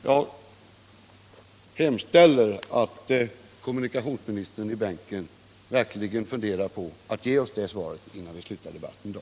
Jag hemställer att kommunikationsministern i sin bänk verkligen funderar på att ge oss det svaret, innan vi slutar debatten i dag.